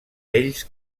ells